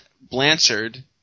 Blanchard